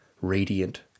radiant